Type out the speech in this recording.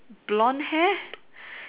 blond hair